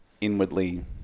inwardly